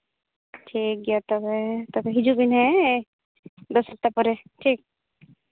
ᱴᱷᱤᱠ ᱜᱮᱭᱟ ᱛᱚᱵᱮ ᱛᱚᱵᱮ ᱦᱤᱡᱩᱜ ᱦᱮᱸ ᱫᱚᱥᱴᱟ ᱯᱚᱨᱮ ᱴᱷᱤᱠ